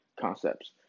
concepts